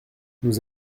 nous